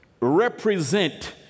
represent